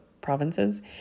provinces